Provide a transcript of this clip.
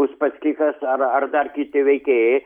uspaskichas ar ar dar kiti veikėjai